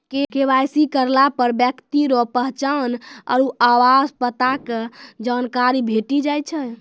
KYC करलापर ब्यक्ति रो पहचान आरु आवास पता के जानकारी भेटी जाय छै